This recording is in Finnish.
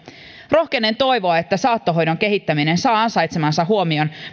rohkenen toivoa että saattohoidon kehittäminen saa ansaitsemansa huomion